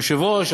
היושב-ראש,